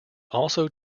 also